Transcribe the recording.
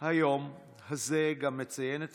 היום הזה גם מציין את